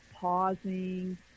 pausing